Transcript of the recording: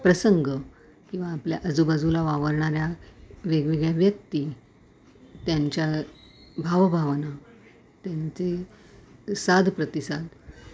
प्रसंग किंवा आपल्या आजूबाजूला वावरणाऱ्या वेगवेगळ्या व्यक्ती त्यांच्या भावभावना त्यांचे साद प्रतिसाद